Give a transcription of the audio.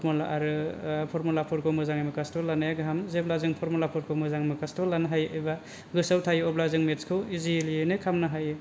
formula आरो formula फोरखौ मोजाङै मोखास्थ' लानाया गाहाम जेब्ला जों फरमुला फोरखौ मोजाङै मोखास्थ' लानो हायो एबा गोसोयाव थायो अब्ला जों मेटस खौ इजिलि यैनो खामनो हायो